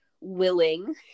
willing